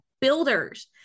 builders